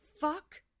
fuck